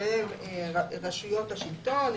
שהם רשויות השלטון,